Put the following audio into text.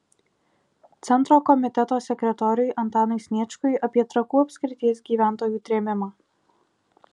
centro komiteto sekretoriui antanui sniečkui apie trakų apskrities gyventojų trėmimą